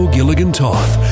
Gilligan-Toth